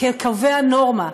כקובע נורמה,